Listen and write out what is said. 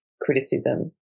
criticism